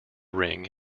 ring